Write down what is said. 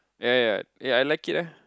yea yea yea I like it lah